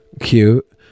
Cute